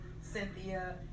Cynthia